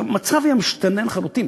אז המצב היה משתנה לחלוטין,